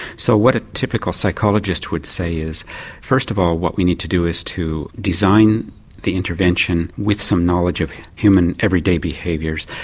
so what a typical psychologist would say is first of all what we need to do is to design the intervention with some knowledge of human everyday behaviours,